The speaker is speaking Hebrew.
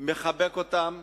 מחבק אותם,